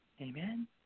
Amen